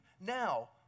now